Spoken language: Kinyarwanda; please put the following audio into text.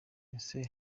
ese